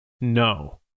no